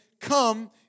come